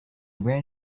ran